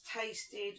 tasted